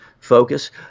Focus